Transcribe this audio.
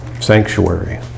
Sanctuary